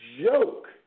joke